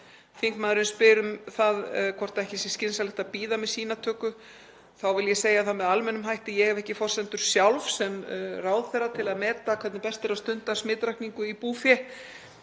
Þingmaðurinn spyr hvort ekki sé skynsamlegt að bíða með sýnatöku. Þá vil ég segja það með almennum hætti að ég hef ekki forsendur sjálf sem ráðherra til að meta hvernig best er að haga smitrakningu í búfé